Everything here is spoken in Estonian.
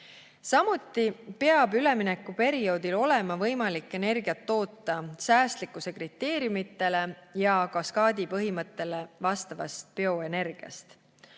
Samuti peab üleminekuperioodil olema võimalik energiat toota säästlikkuse kriteeriumidele ja kaskaadi põhimõttele vastavast bioenergiast.